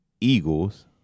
Eagles